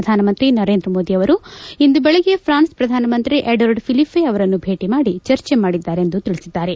ಪ್ರಧಾನಮಂತ್ರಿ ನರೇಂದ್ರ ಮೋದಿ ಅವರು ಇಂದು ಬೆಳಗ್ಗೆ ಪ್ರಾನ್ಸ್ ಪ್ರಧಾನಮಂತ್ರಿ ಅಡೋರ್ಡ್ ಪಿಲಿಪೆ ಅವರನ್ನು ಭೇಟಿ ಮಾಡಿ ಚರ್ಚೆ ಮಾಡಿದ್ದಾರೆ ಎಂದು ತಿಳಿಸಿದ್ದಾರೆ